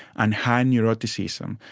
and high neuroticism.